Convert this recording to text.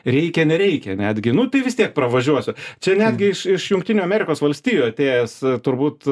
reikia nereikia netgi nu tai vis tiek pravažiuosiu čia netgi iš jungtinių amerikos valstijų atėjęs turbūt